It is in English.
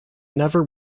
never